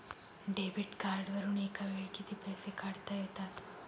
Debit कार्डवरुन एका वेळी किती पैसे काढता येतात?